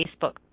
Facebook